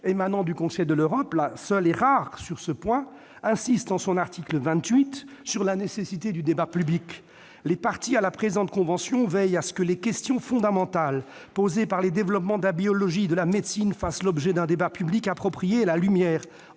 souvent citée- c'est l'une des rares à évoquer ce point -, insiste, en son article 28, sur la nécessité du débat public :« Les parties à la présente convention veillent à ce que les questions fondamentales posées par les développements de la biologie et de la médecine fassent l'objet d'un débat public approprié à la lumière,